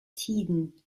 tiden